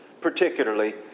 particularly